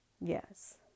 yes